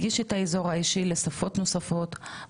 באופן ברור ונגיש.